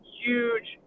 huge